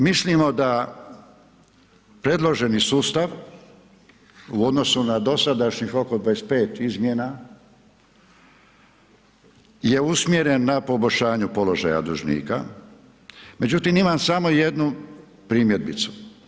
Mislimo da predloženi sustav u odnosu na dosadašnjih oko 25 izmjena je usmjeren na poboljšanju položaja dužnika međutim imam samo jednu primjedbicu.